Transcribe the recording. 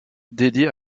dédiée